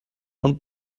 und